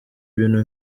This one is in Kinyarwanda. ibintu